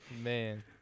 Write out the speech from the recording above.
Man